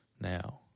now